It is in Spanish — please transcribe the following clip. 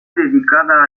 dedicada